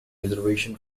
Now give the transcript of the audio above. reservation